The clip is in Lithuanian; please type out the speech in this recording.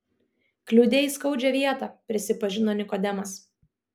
kliudei skaudžią vietą prisipažino nikodemas